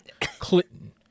Clinton